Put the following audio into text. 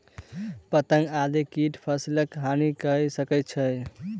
पतंगा आदि कीट फसिलक हानि कय सकै छै